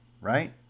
right